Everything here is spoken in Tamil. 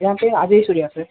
என் பேயர் அஜய் சூர்யா சார்